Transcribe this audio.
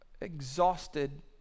exhausted